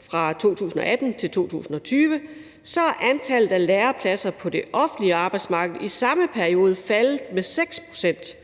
fra 2018 til 2020, er antallet af lærepladser på det offentlige arbejdsmarked i samme periode faldet med 6 pct.,